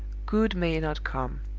good may not come.